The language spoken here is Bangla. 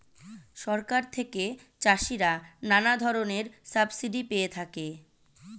সরকার থেকে চাষিরা নানা ধরনের সাবসিডি পেয়ে থাকে